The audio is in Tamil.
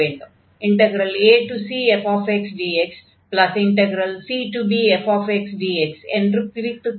acfxdxcbfxdx என்று பிரித்து கொள்ள வேண்டும்